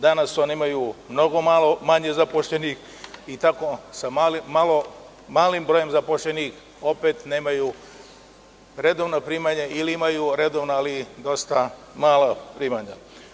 Danas one imaju mnogo manje zaposlenih i tako sa malim brojem zaposlenih opet nemaju redovna primanja ili imaju redovna, ali dosta mala primanja.